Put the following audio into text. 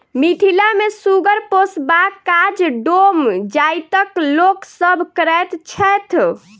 मिथिला मे सुगर पोसबाक काज डोम जाइतक लोक सभ करैत छैथ